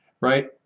right